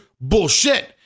bullshit